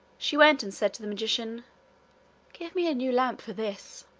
she went and said to the magician give me a new lamp for this.